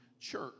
church